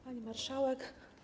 Pani Marszałek!